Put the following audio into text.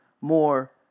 more